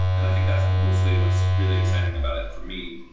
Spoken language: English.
and i think that's mostly what's really exciting about it for me.